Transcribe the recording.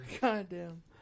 Goddamn